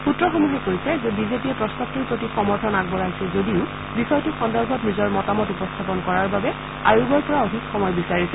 সূত্ৰসমূহে কৈছে যে বি জে পিয়ে প্ৰস্তাৱটোৰ প্ৰতি সমৰ্থন আগবাঢ়াইছে যদিও বিষয়টো সন্দৰ্ভত নিজৰ মতামত উপস্থাপন কৰাৰ বাবে আয়োগৰ পৰা অধিক সময় বিচাৰিছে